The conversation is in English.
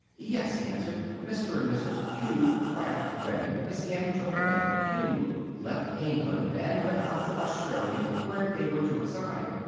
yes, he answered, mr. and mrs. q for after the wedding miss m. took the name of q left england and went out to australia, where they were to reside.